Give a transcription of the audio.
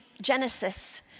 genesis